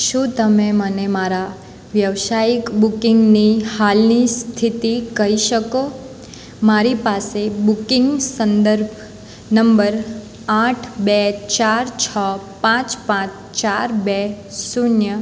શું તમે મને મારા વ્યવસાયિક બુકિંગની હાલની સ્થિતિ કહી શકો મારી પાસે બુકિંગ સંદર્ભ નંબર આઠ બે ચાર છ પાંચ પાંચ ચાર બે શૂન્ય